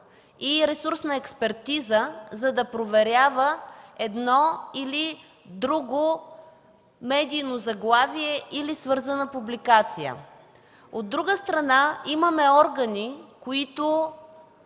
и ресурс на експертиза, за да проверява едно или друго медийно заглавие или свързана публикация. От друга страна, имаме органи, които